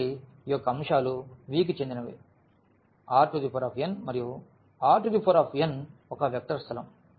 కాబట్టి ఈ యొక్క అంశాలు V కి చెందినవి Rn మరియు Rn ఒక వెక్టర్ స్థలం